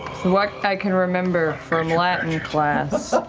what i can remember from latin class.